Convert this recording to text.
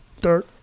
Dirt